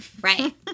Right